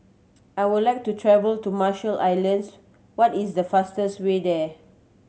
I would like to travel to Marshall Islands what is the fastest way there